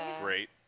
Great